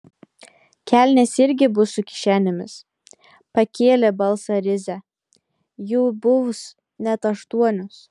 kelnės irgi bus su kišenėmis pakėlė balsą risią jų bus net aštuonios